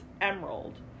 emerald